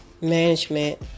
management